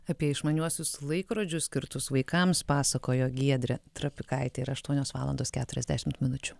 apie išmaniuosius laikrodžius skirtus vaikams pasakojo giedrė trapikaitė yra aštuonios valandos keturiasdešimt minučių